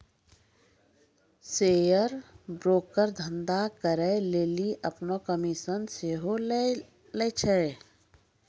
share broker धंधा करै लेली अपनो कमिशन सेहो लै छै